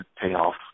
payoff